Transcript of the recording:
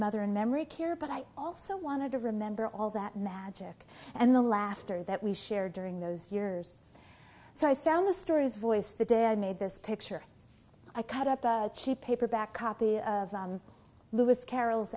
mother in memory care but i also want to remember all that magic and the laughter that we shared during those years so i found the stories voice the day i made this picture i cut up a cheap paperback copy of lewis carrol